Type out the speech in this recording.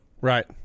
right